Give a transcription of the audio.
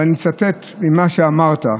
ואני מצטט ממה שאמרת: